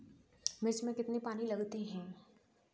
मिर्च में कितने पानी लगते हैं?